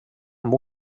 amb